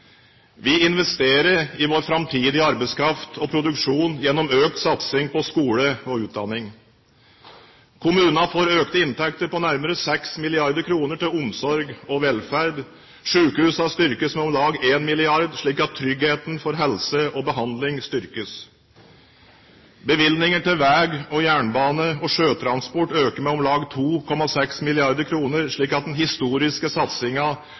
Vi investerer i vår framtidige arbeidskraft og produksjon gjennom økt satsing på skole og utdanning. Kommunene får økte inntekter på nærmere 6 mrd. kr til omsorg og velferd, og sykehusene styrkes med om lag 1 mrd. kr, slik at tryggheten for helse og behandling styrkes. Bevilgninger til vei, jernbane og sjøtransport øker med om lag 2,6 mrd. kr, slik at den historiske